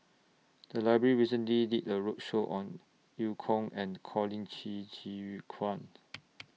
The Library recently did A roadshow on EU Kong and Colin Qi Zhe Quan